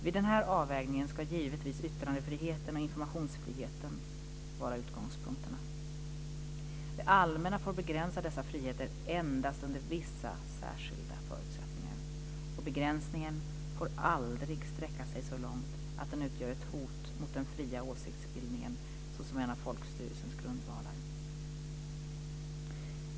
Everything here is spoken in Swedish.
Vid denna avvägning ska givetvis yttrandefriheten och informationsfriheten vara utgångspunkterna. Det allmänna får begränsa dessa friheter endast under vissa särskilda förutsättningar. Begränsningen får aldrig sträcka sig så långt att den utgör ett hot mot den fria åsiktsbildningen såsom en av folkstyrelsens grundvalar.